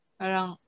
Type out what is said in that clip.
parang